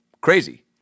Crazy